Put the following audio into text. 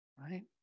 right